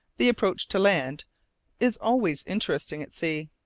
the approach to land is always interesting at sea.